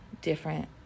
different